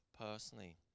personally